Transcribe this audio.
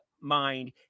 mind